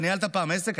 אתה ניהלת פעם עסק?